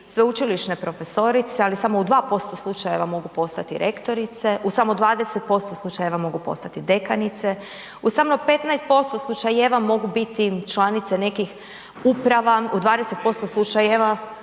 sveučilišne profesorice ali samo u 2% slučajeva mogu postati rektorica, u samo 20% slučajeva mogu postati dekanice, u samo 15% slučajeva mogu biti članice nekih uprava, u 20% slučajeva